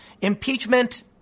impeachment